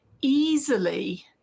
easily